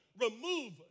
remove